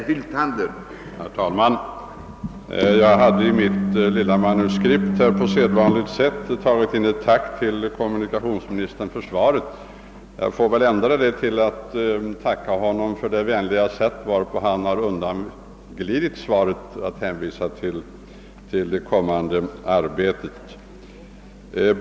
Herr talman! Jag hade i mitt lilla manuskript på sedvanligt sätt börjat med ett tack till kommunikationsministern för svaret. Jag får väl ändra det och i stället tacka honom för det vänliga sätt, varpå han glidit undan svaret genom att hänvisa till det kommande budgetarbetet.